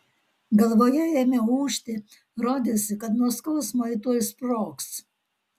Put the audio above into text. galvoje ėmė ūžti rodėsi kad nuo skausmo ji tuoj sprogs